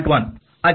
1 ಆಗಿದೆ